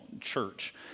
church